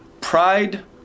Pride